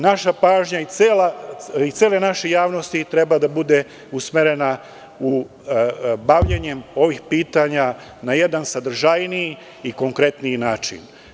Naša pažnja i cele javnosti treba da bude usmerena bavljenjem ovih pitanja na jedan sadržajniji i konkretniji način.